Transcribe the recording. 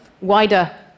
wider